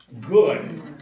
Good